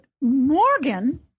Morgan